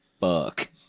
fuck